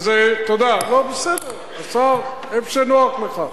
אז תודה, בסדר, השר, איפה שנוח לך.